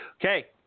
Okay